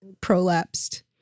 prolapsed